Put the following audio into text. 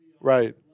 Right